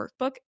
workbook